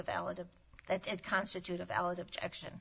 a valid of that constitute a valid objection